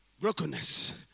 Brokenness